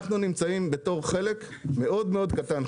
אנחנו נמצאים בתור חלק קטן מאוד.